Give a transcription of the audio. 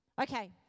Okay